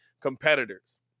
competitors